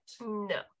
No